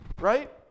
right